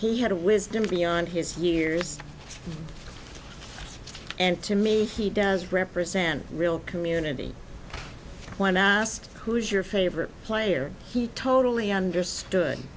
he had a wisdom beyond his years and to me he does represent real community when asked who is your favorite player he totally understood